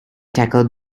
tackled